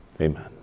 Amen